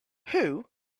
who